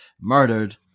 murdered